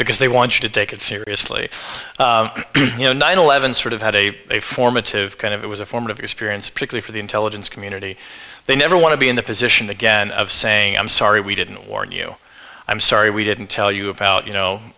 because they want you to take it seriously you know nine eleven sort of had a formative kind of it was a formative experience prickly for the intelligence community they never want to be in the position again of saying i'm sorry we didn't warn you i'm sorry we didn't tell you about you know